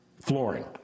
flooring